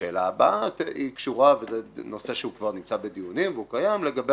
השאלה הבאה קשורה וזה נושא שכבר נמצא בדיונים והוא קיים לגבי